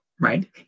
right